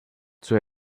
zur